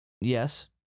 Yes